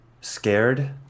Scared